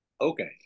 Okay